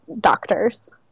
doctors